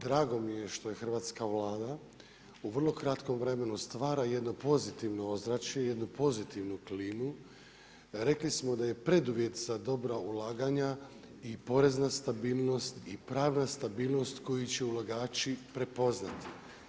Drago mi je što je hrvatska Vlada u vrlo kratkom vremenu stvara jedno pozitivno ozračje, jednu pozitivnu klimu, rekli smo da je preduvjet za dobra ulaganja i porezna stabilnost i pravna stabilnost koju će ulagači prepoznati.